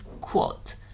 quote